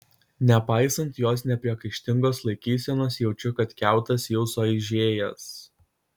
nepaisant jos nepriekaištingos laikysenos jaučiu kad kiautas jau suaižėjęs